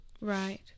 right